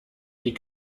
die